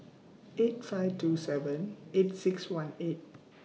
eight five two seven eight six one eight